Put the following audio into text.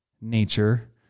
nature